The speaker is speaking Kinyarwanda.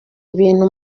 ibintu